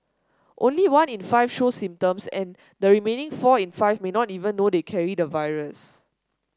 only one in five show symptoms and the remaining four in five may not even know they carry the virus